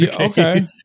Okay